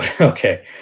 okay